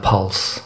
Pulse